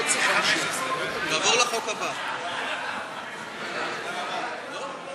המשך סדר-היום: הצעת חוק הרשות לפיתוח הנגב (תיקון מס' 4) (תיקון)